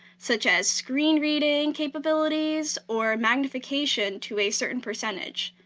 such as screen reading capabilities or magnification to a certain percentage,